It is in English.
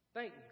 Thank